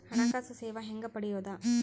ಹಣಕಾಸು ಸೇವಾ ಹೆಂಗ ಪಡಿಯೊದ?